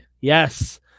yes